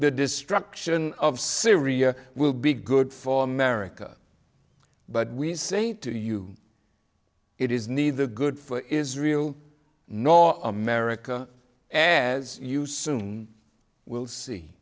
the destruction of syria will be good for america but we say to you it is neither good for israel nor america as you soon will see